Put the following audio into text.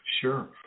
Sure